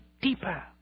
deeper